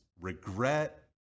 regret